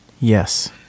Yes